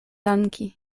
danki